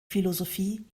philosophie